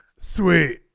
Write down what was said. Sweet